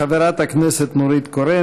חברת הכנסת נורית קורן.